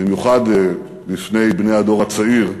במיוחד לפני בני הדור הצעיר,